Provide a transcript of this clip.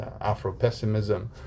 Afro-pessimism